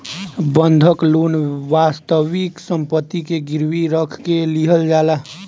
बंधक लोन वास्तविक सम्पति के गिरवी रख के लिहल जाला